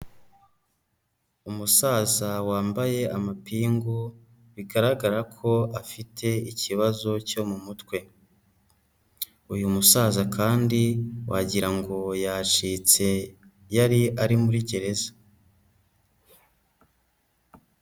Umusaza wambaye amapingu bigaragara ko afite ikibazo cyo mu mutwe. Uyu musaza kandi wagirango yacitse yari ari muri gereza.